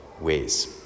ways